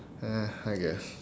eh I guess